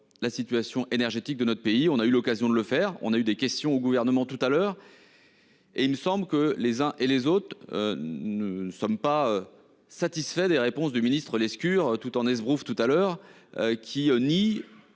la situation énergétique de notre pays, on a eu l'occasion de le faire, on a eu des questions au gouvernement tout à l'heure. Et il me semble que les uns et les autres ne sommes pas satisfaits des réponses du ministre-Lescure tout en esbroufe tout à l'heure qui nie.